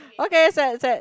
okay set set